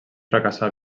fracassà